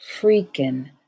freaking